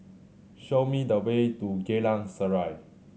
show me the way to Geylang Serai